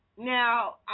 Now